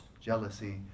jealousy